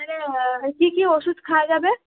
কী কী ওষুধ খাওয়া যাবে